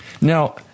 Now